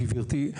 גברתי,